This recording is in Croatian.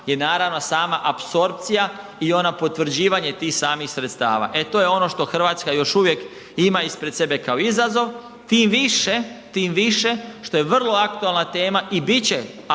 je naravno sama apsorpcija i onda potvrđivanje tih samih sredstava, e to je ono što RH još uvijek ima ispred sebe kao izazov, tim više, tim više što je vrlo aktualna tema i bit će aktualna